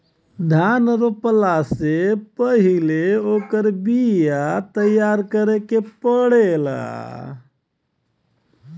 धान रोपला से पहिले ओकर बिया तैयार करे के पड़ेला